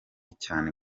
cyane